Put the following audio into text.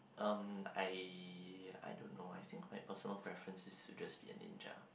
um I I don't know I think my personal preference is to just be a ninja